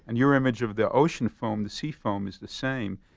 and your image of the ocean foam, the sea foam, is the same.